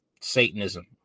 Satanism